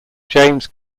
james